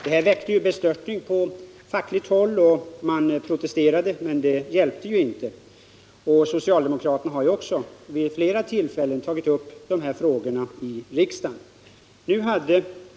Beslutet väckte bestörtning på fackligt håll, och man protesterade, men det hjälpte inte. Socialdemokraterna har också vid flera tillfällen tagit upp de här frågorna i riksdagen.